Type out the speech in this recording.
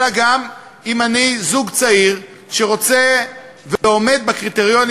אלא גם אם אני זוג צעיר שרוצה ועומד בקריטריונים